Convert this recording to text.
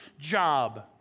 job